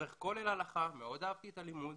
אברך כולל הלכה מאוד אהבתי את הלימוד